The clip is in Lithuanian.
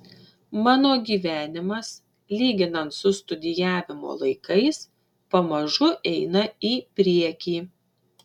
mano gyvenimas lyginant su studijavimo laikais pamažu eina į priekį